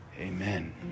Amen